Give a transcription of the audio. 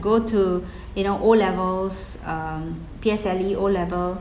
go to you know O levels um P_S_L_E O level